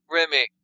Remy